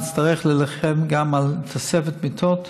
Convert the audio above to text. נצטרך להילחם גם על תוספת מיטות,